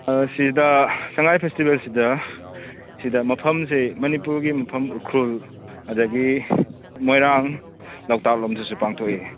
ꯁꯤꯗ ꯁꯉꯥꯏ ꯐꯦꯁꯇꯤꯚꯦꯜꯁꯤꯗ ꯁꯤꯗ ꯃꯐꯝꯁꯦ ꯃꯅꯤꯄꯨꯔꯒꯤ ꯃꯐꯝ ꯎꯈ꯭ꯔꯨꯜ ꯑꯗꯒꯤ ꯃꯣꯏꯔꯥꯡ ꯂꯣꯛꯇꯥꯛ ꯂꯣꯝꯗꯁꯨ ꯄꯥꯡꯊꯣꯛꯑꯦ